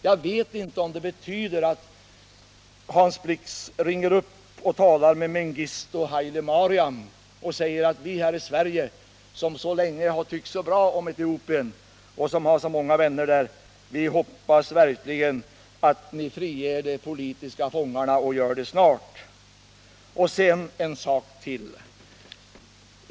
Jag vet inte om det betyder att Hans Blix kan ringa upp och tala med Mengistu Haile Mariam och säga att vi här i Sverige, som så länge tyckt så bra om Etiopien och som har så många vänner där, ser för att förbä förhållandena i Etiopien verkligen anser att Etiopien skall frige de politiska fångarna och göra det snart. Så en sak till!